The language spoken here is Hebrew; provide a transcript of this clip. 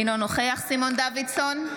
אינו נוכח סימון דוידסון,